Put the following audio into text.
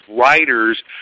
writers